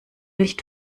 nicht